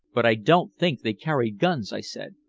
but i don't think they carried guns, i said.